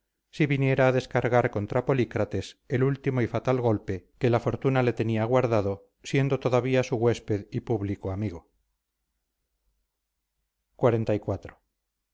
si viniera a descargar contra polícrates el último y fatal golpe que la fortuna le tenía guardado siendo todavía su huésped y público